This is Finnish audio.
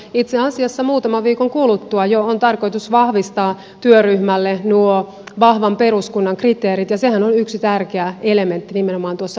itse asiassa muutaman viikon kuluttua jo on tarkoitus vahvistaa työryhmälle nuo vahvan peruskunnan kriteerit ja sehän on yksi tärkeä elementti nimenomaan tuossa lainsäädännössä